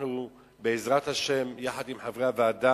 אנחנו, בעזרת השם, יחד עם חברי הוועדה,